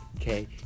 okay